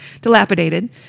Dilapidated